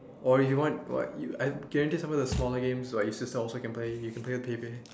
or if you want or you I guarantee some of the smaller games like your sister also can play you can play with Pei-Pei